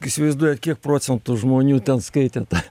įsivaizduojat kiek procentų žmonių ten skaitė tą